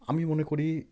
আমি মনে করি